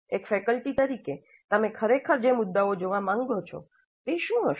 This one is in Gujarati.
એક ફેકલ્ટી તરીકે તમે ખરેખર જે મુદ્દાઓ જોવા માંગો છો તે શું હશે